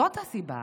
זאת הסיבה